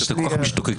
שאתם כל כך משתוקקים?